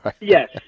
Yes